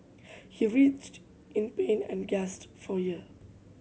he writhed in pain and guest for ear